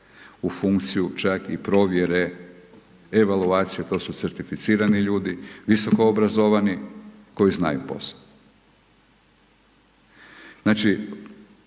u funkciju čak i provjere evaluacije, to su certificirani ljudi, visoko obrazovani koji znaju posao. Znači,